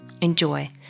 Enjoy